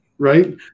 Right